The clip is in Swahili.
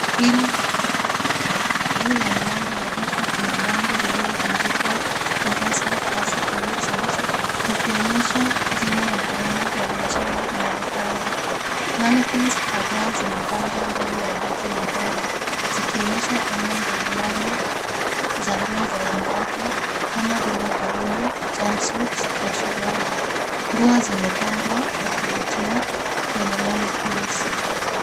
Hili ni duka la nguo ,juu ya mlango wa duka Kuna bango lililoandikwa Nirosa Classic collection, ikionyesha jina na aina ya biashara inayofanywa. Mannequins kadhaa zimepangwa mbele ya duka na ndani zikionyesha aina mbali mbali za nguo za wanawake kama vile gauni , jumpsuits na suruali. Nguo zimepangwa kwa kuvutia kwenye Mannequins .